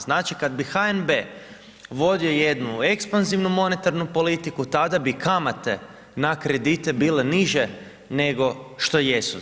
Znači kad bi HNB vodio jednu ekspanzivnu monetarnu politiku, tada bi kamate na kredite bile niže nego što jesu.